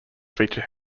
feature